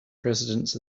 presidents